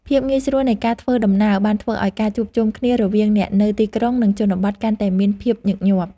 ភាពងាយស្រួលនៃការធ្វើដំណើរបានធ្វើឱ្យការជួបជុំគ្នារវាងអ្នកនៅទីក្រុង និងជនបទកាន់តែមានភាពញឹកញាប់។